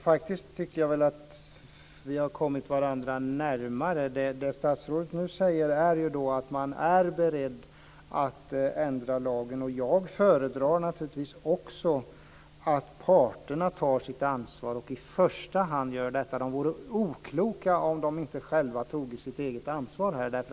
Fru talman! Jag tycker faktiskt att vi har kommit varandra närmare. Det statsrådet nu säger är att man är beredd att ändra lagen. Jag föredrar naturligtvis också att parterna tar sitt ansvar och i första hand gör detta. De vore okloka om de inte själva tog sitt ansvar här.